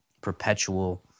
perpetual